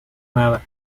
nada